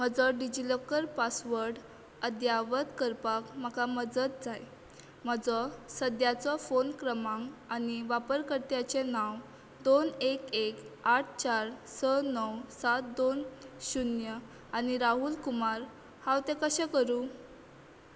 म्हजो DigiLocker password अद्यावत करपाक म्हाका मजत जाय म्हजो सद्याचो फोन क्रमांक आनी वापरकर्त्याचें नांव दोन एक एक आठ चार स णव सात दोन शुन्य आनी राहुल कुमार हांव तें कशें करूं